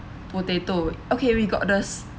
potato okay we got this